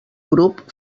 grup